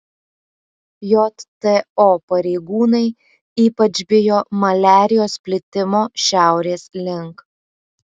jto pareigūnai ypač bijo maliarijos plitimo šiaurės link